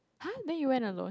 !huh! then you went alone